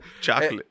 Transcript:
Chocolate